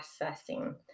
processing